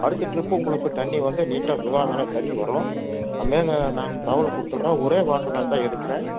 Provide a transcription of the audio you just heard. அடுத்த டிரிப்பு உங்களுக்கு தண்ணி வந்து நீட்டாக சுகாதார தண்ணி வரும் மேலே நாங்கள் தகவல் கொடுத்துர்றோம் ஒரே வாரம் தாங்க எடுக்குறேன்